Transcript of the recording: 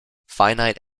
finite